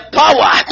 power